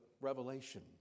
Revelation